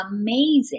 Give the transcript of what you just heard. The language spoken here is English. amazing